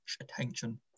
attention